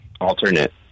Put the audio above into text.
alternate